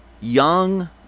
young